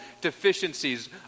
deficiencies